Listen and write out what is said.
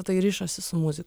tai rišasi su muzika